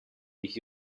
this